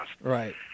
Right